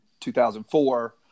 2004